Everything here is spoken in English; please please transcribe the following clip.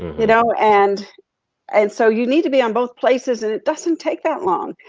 you know and and so you need to be on both places, and it doesn't take that long.